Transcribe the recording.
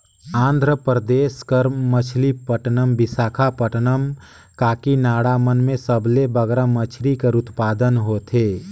आंध्र परदेस कर मछलीपट्टनम, बिसाखापट्टनम, काकीनाडा मन में सबले बगरा मछरी कर उत्पादन होथे